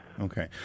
Okay